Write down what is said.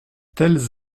telles